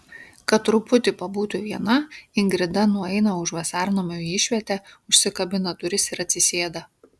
kad truputį pabūtų viena ingrida nueina už vasarnamio į išvietę užsikabina duris ir atsisėda